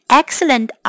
excellent